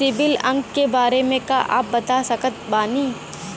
CIBIL अंक के बारे मे का आप बता सकत बानी?